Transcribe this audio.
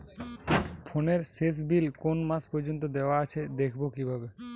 ফোনের শেষ বিল কোন মাস পর্যন্ত দেওয়া আছে দেখবো কিভাবে?